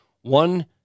one